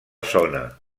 zona